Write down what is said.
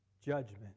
judgment